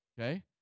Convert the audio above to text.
Okay